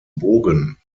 bogen